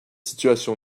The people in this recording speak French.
situation